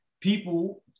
people